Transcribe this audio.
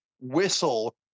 whistle